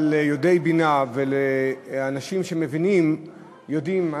אבל יודעי בינה ואנשים שמבינים יודעים,